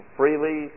freely